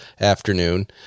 afternoon